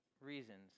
reasons